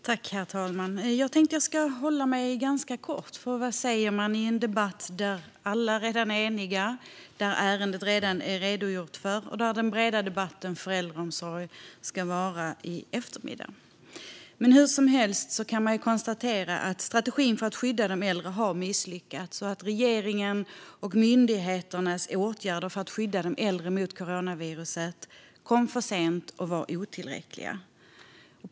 Herr talman! Jag tänkte fatta mig ganska kort, för vad säger man i en debatt där alla redan är eniga, där ärendet redan är redogjort för och där den breda debatten om äldreomsorgen ska vara i eftermiddag? Hur som helst kan man konstatera att strategin för att skydda de äldre har misslyckats och att regeringens och myndigheternas åtgärder för att skydda de äldre mot coronaviruset kom för sent och var otillräckliga.